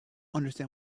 understand